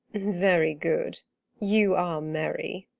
very good you are merry.